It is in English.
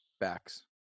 backs